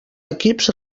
equips